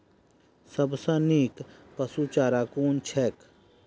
सबसँ नीक पशुचारा कुन छैक?